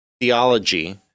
theology